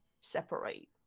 separate